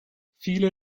viele